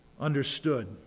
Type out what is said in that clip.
understood